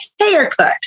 haircut